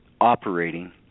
operating